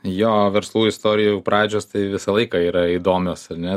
jo verslų istorijų pradžios tai visą laiką yra įdomios ar ne